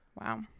Wow